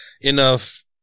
enough